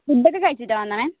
food ഒക്കെ കഴിച്ചിട്ടാണോ വന്നേക്കണത്